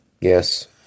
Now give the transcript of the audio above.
Yes